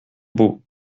beau